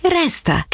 resta